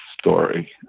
story